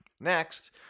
Next